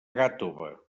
gàtova